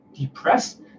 depressed